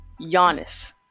Giannis